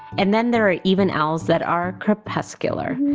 and then there are even owls that are crepuscular,